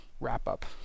wrap-up